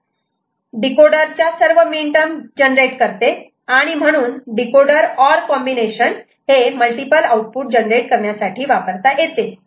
decoder सर्व minterm generate करते आणि म्हणून decoder OR combination multiple output generate करण्यासाठी वापरता येते